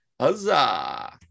huzzah